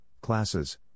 classes